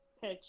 pitch